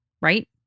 Right